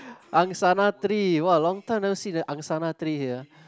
angsana tree !wah! long time never see the angsana tree here ah